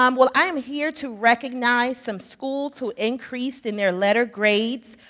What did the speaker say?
um well, i am here to recognize some schools who increased in their letter grades.